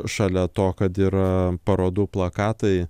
šalia to kad yra parodų plakatai